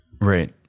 right